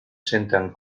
senten